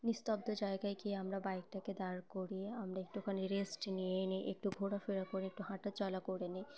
নিস্তব্ধ জায়গায় গিয়ে আমরা বাইকটাকে দাঁড় করিয়ে আমরা একটু ওখানে রেস্ট নিয়ে নিই একটু ঘোরাফেরা করে একটু হাঁটা চলা করে নিই